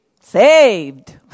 Saved